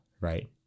right